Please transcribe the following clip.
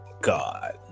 god